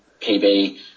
PB